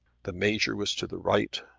the major was to the right,